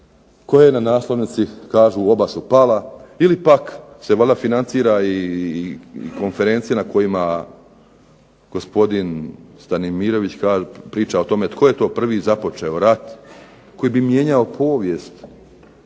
koje na naslovnici kažu oba su pala. Ili pak se valjda financira i konferencije na kojima gospodin Stanimirović priča o tome tko je to prvi započeo rat koji bi mijenjao povijest,